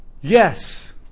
yes